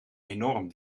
enorm